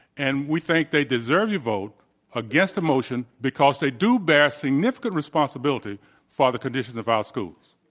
and we think they deserve your vote against the motion because they do bear significant responsibility for the condition of our schools.